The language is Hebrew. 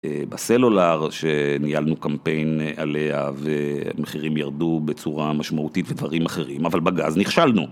בסלולר שניהלנו קמפיין עליה ומחירים ירדו בצורה משמעותית ודברים אחרים אבל בגז נכשלנו